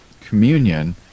communion